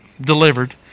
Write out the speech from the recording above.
Delivered